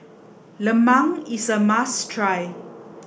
Lemang is a must try